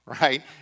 Right